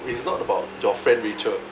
it's not about your friend rachel